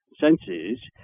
senses